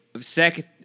second